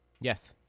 Yes